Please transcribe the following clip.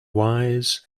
wise